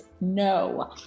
no